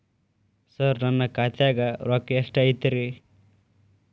ಸರ ನನ್ನ ಖಾತ್ಯಾಗ ರೊಕ್ಕ ಎಷ್ಟು ಐತಿರಿ?